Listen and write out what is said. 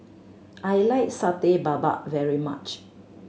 I like Satay Babat very much